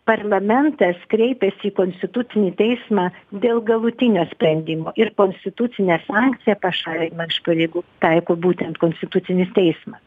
parlamentas kreipėsi į konstitucinį teismą dėl galutinio sprendimo ir konstitucinė sankcija pašalina iš pareigų taiko būtent konstitucinis teismas